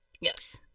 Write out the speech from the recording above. Yes